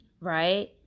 right